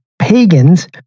pagans